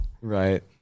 right